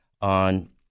on